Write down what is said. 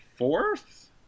fourth